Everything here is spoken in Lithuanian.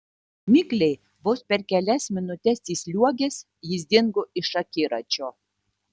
mikliai vos per kelias minutes įsliuogęs jis dingo iš akiračio